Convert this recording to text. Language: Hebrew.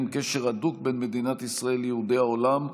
קשר הדוק בין מדינת ישראל ליהודי העולם,